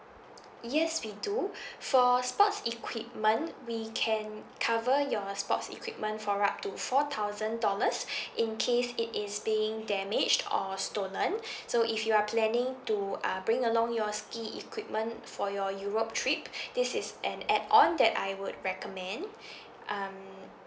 yes we do for sports equipment we can cover your sports equipment for up to four thousand dollars in case it is being damaged or stolen so if you are planning to uh bring along your ski equipment for your europe trip this is an add-on that I would recommend um